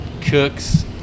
cooks